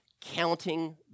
counting